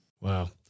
Wow